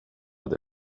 det